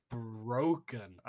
broken